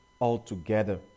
altogether